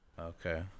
Okay